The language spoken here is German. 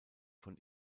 von